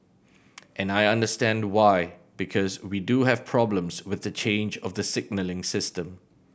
and I understand why because we do have problems with the change of the signalling system